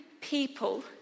people